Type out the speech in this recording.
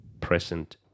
present